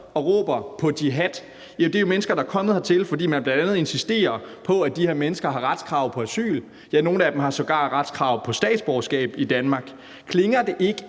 og råber på jihad. Ja, det er jo mennesker, der er kommet hertil, fordi man bl.a. insisterer på, at de her mennesker har retskrav på asyl; nogle af dem har sågar retskrav på statsborgerskab i Danmark. Klinger det ikke